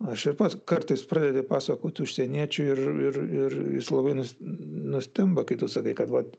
aš ir pats kartais pradedi pasakoti užsieniečiui ir ir labai nustemba kai tu sakai kad vat